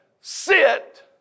sit